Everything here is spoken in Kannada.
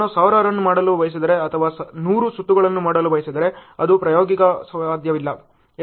ನಾನು 1000 ರನ್ ಮಾಡಲು ಬಯಸಿದರೆ ಅಥವಾ 100 ಸುತ್ತುಗಳನ್ನು ಮಾಡಲು ಬಯಸಿದರೆ ಅದು ಪ್ರಾಯೋಗಿಕವಾಗಿ ಸಾಧ್ಯವಿಲ್ಲ ಎಂದು ಭಾವಿಸೋಣ